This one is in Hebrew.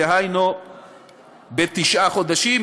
דהיינו בתשעה חודשים.